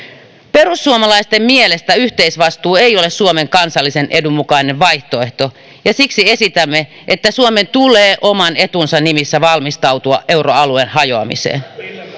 perussuomalaisten mielestä yhteisvastuu ei ole suomen kansallisen edun mukainen vaihtoehto ja siksi esitämme että suomen tulee oman etunsa nimissä valmistautua euroalueen hajoamiseen